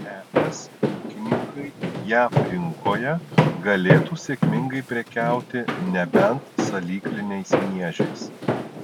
es ūkininkai jav rinkoje galėtų sėkmingai prekiauti nebent salykliniais miežiais